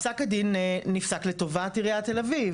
פסק הדין נפסק לטובת עיריית תל אביב.